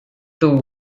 two